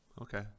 okay